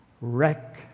wreck